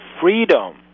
freedom